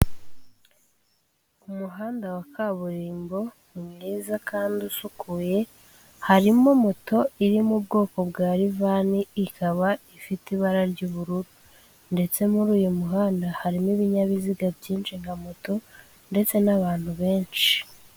Umuhanda wa kaburimbo ni mwiza kandi usukuye, harimo moto iri mu bwoko bwa rivani ikaba ifite ibara ry'ubururu, ndetse muri uyu muhanda harimo ibinyabiziga byinshi nka moto ndetse n'abantu benshi.